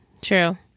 True